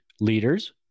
leaders